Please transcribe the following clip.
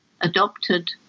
adopted